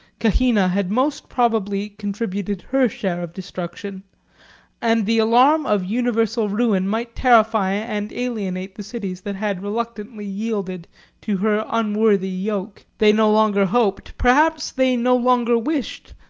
cahina had most probably contributed her share of destruction and the alarm of universal ruin might terrify and alienate the cities that had reluctantly yielded to her unworthy yoke. they no longer hoped, perhaps they no longer wished,